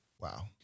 Wow